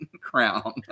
crown